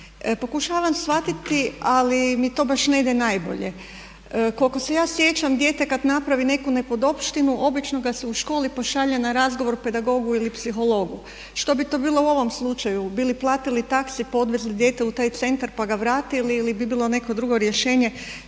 Pokušavam shvatiti, ali mi to baš ne ide najbolje. Koliko se ja sjećam, dijete kad napravi neku nepodopštinu obično ga se u školi pošalje na razgovor pedagogu ili psihologu. Što bi to bilo u ovom slučaju? Bi li platili taksi, pa odvezli dijete u taj centar pa ga vratili ili bi bilo n eko drugo rješenje?